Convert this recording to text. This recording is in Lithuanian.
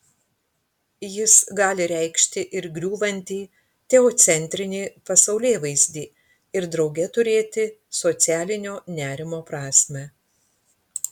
jis gali reikšti ir griūvantį teocentrinį pasaulėvaizdį ir drauge turėti socialinio nerimo prasmę